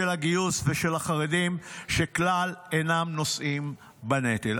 של הגיוס ושל החרדים שכלל אינם נושאים בנטל.